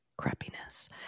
crappiness